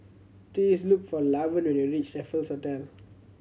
please look for Lavern when you reach Raffles Hotel